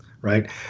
right